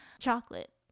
Chocolate